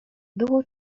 było